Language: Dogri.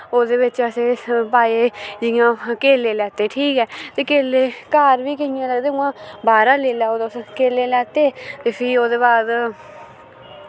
ओह्दे बिच्च असें पाए इ'यां केले लैते ठीक ऐ ते केले घर बी केइयें लगदे उ'आं बाह्रा लेई लैओ तुस केले लैते ते फ्ही ओह्दे बाद